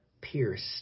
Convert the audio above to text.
pierced